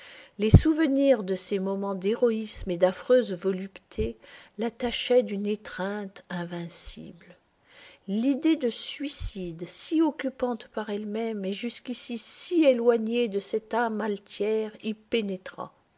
les souvenirs de ces moments d'héroïsme et d'affreuse volupté l'attachaient d'une étreinte invincible l'idée de suicide si occupante par elle-même et jusqu'ici si éloignée de cette âme altière